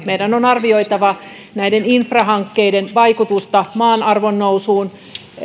näkökulmaan meidän on arvioitava näiden infrahankkeiden vaikutusta maan arvon nousuun